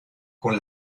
con